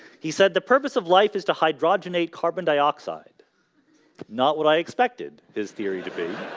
he said the purpose of life is to hydrogenate carbon dioxide not what i expected his theory to be